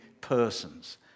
persons